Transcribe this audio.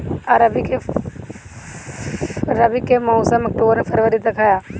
रबी के मौसम अक्टूबर से फ़रवरी तक ह